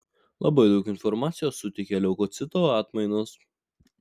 labai daug informacijos suteikia leukocitų atmainos